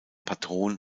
patron